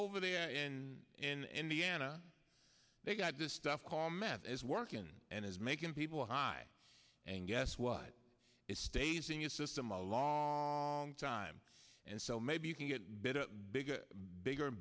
over there in indiana they got this stuff call meth is working and is making people high and guess what it stays in your system a long time and so maybe you can get better bigger bigger